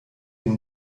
dem